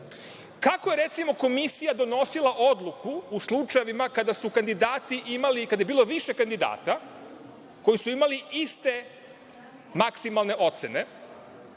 je recimo komisija donosila odluku u slučajevima kada su kandidati imali i kada je bilo više kandidata koji su imali iste maksimalne ocene,